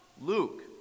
Luke